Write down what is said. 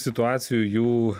situacijų jų